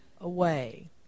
away